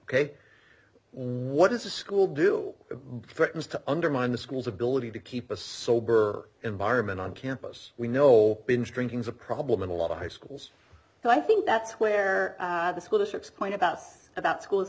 ok what is a school do britons to undermine the school's ability to keep a sober environment on campus we know binge drinking is a problem in a lot of high schools so i think that's where the school districts point about about schools